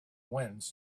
winds